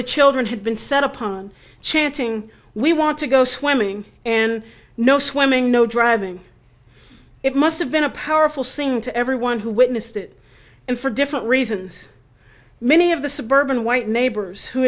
the children had been set upon chanting we want to go swimming and no swimming no driving it must have been a powerful saying to everyone who witnessed it and for different reasons many of the suburban white neighbors who